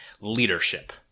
leadership